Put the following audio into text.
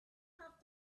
have